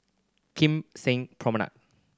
Kim Seng Promenade